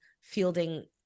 fielding